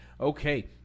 Okay